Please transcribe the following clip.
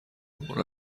برو